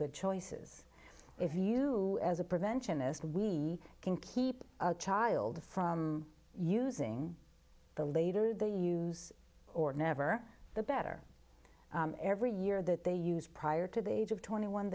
good choices if you do as a prevention is we can keep child from using the later they use or never the better every year that they use prior to the age of twenty one